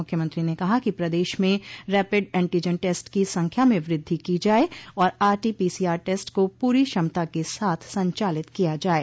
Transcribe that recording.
मुख्यमंत्री ने कहा कि प्रदेश में रपिड एनटीजन टेस्ट की संख्या में वृद्धि की जाये और आरटीपीसीआर टेस्ट को पूरी क्षमता के साथ संचालित किया जाये